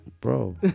Bro